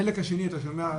החלק השני אתה שומע,